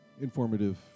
Informative